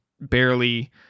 barely